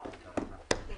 הישיבה ננעלה בשעה 10:05.